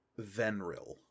Venril